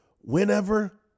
whenever